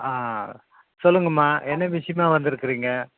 ஆ சொல்லுங்கம்மா என்ன விஷயமா வந்திருக்குறீங்க